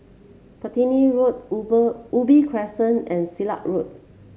Platiny Road Ube Ubi Crescent and Silat Road